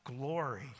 glory